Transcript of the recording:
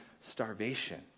starvation